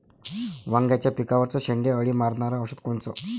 वांग्याच्या पिकावरचं शेंडे अळी मारनारं औषध कोनचं?